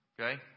Okay